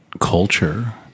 culture